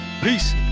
peace